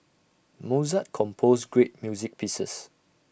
Mozart composed great music pieces